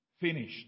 finished